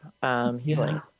healing